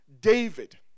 David